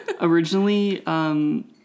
Originally